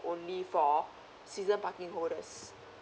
only for season parking holders